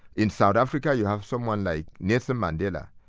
in south africa you have someone like nelson mandela.